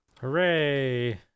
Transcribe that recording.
Hooray